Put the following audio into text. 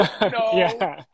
no